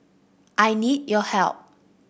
I need your help